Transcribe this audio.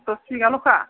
दस बिगाल'खा